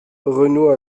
renoue